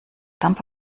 dampf